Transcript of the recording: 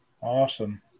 Awesome